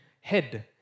head